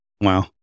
Wow